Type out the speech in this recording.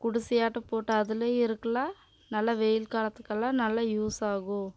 குடிசையாட்டம் போட்டு அதுலேயும் இருக்கலாம் நல்லா வெயில் காலத்துக்கெல்லாம் நல்லா யூஸ் ஆகும்